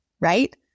right